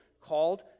called